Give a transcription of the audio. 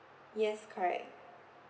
yes correct